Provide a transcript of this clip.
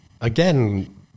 again